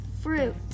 fruit